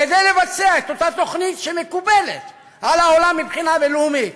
כדי לבצע את אותה תוכנית שמקובלת על העולם מבחינה בין-לאומית,